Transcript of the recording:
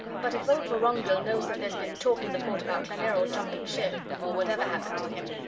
but if old vorongil knows that there's been talk in the port about klanerol jumping ship, or whatever happened to him,